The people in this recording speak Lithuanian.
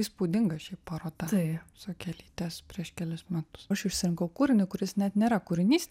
įspūdinga šiaip paroda sokelytės prieš kelis metus aš išsirinkau kūrinį kuris net nėra kūrinys